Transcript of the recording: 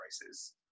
prices